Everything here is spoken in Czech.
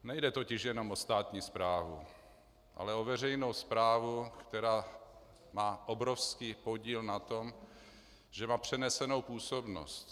Nejde totiž jenom o státní správu, ale o veřejnou správu, která má obrovský podíl na tom, že má přenesenou působnost.